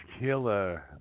killer